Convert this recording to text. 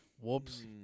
Whoops